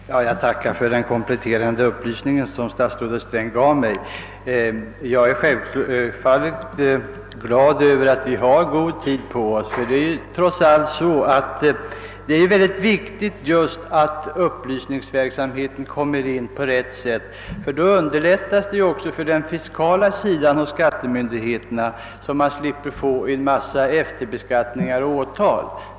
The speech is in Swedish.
Herr talman! Jag tackar för den kompletterande upplysning som statsrådet Sträng gav mig. Självfallet är jag glad över att vi har god tid på oss, ty det är verkligen mycket viktigt att upplysningsverksamheten kommer in på rätt sätt. Därigenom underlättas också arbetet för den fiskala sidan av skattemyndigheterna, som slipper en mängd efterbeskattningar och åtal.